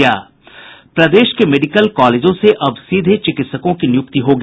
प्रदेश के मेडिकल कॉलेजों से अब सीधे चिकित्सकों की नियुक्ति होगी